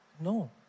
No